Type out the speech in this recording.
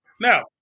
Now